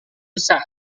besar